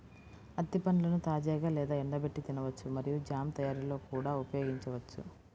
అత్తి పండ్లను తాజాగా లేదా ఎండబెట్టి తినవచ్చు మరియు జామ్ తయారీలో కూడా ఉపయోగించవచ్చు